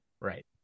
right